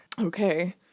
Okay